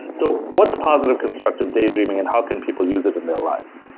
so, what's positive constructive daydreaming and how can people use it in their lives?